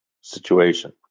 situation